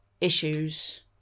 issues